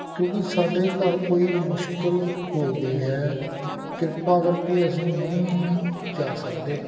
ਕਿਉਂਕਿ ਸਾਡੇ ਘਰ ਕੋਈ ਮੁਸ਼ਕਿਲ ਹੋ ਗਈ ਹੈ ਕਿਰਪਾ ਕਰਕੇ ਅਸੀਂ ਨਹੀਂ ਜਾ ਸਕਦੇ